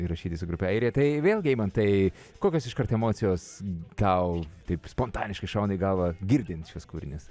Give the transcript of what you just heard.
įrašyti su grupe airija tai vėlgi eimantai kokios iškart emocijos tau taip spontaniški šauna į galvą girdint šiuos kūrinius